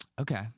Okay